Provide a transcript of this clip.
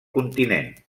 continent